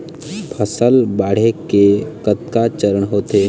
फसल बाढ़े के कतका चरण होथे?